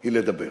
היא לדבר.